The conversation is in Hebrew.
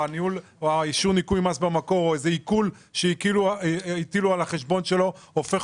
או אישור ניכוי מס במקור או איזה עיקול שהטילו על החשבון הופך